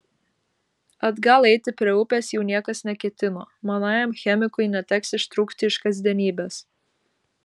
atgal eiti prie upės jau niekas neketino manajam chemikui neteks ištrūkti iš kasdienybės